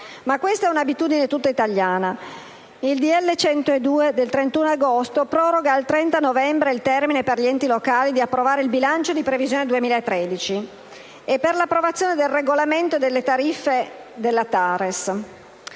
Ma questa è un'abitudine tutta italiana: il decreto‑legge n. 102 del 31 agosto proroga al 30 novembre il termine per gli enti locali di approvare il bilancio di previsione per il 2013 e per l'approvazione del regolamento e delle tariffe della TARES.